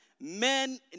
Men